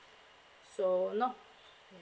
so no ya